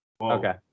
Okay